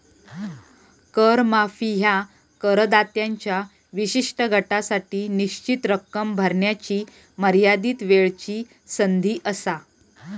कर माफी ह्या करदात्यांच्या विशिष्ट गटासाठी निश्चित रक्कम भरण्याची मर्यादित वेळची संधी असा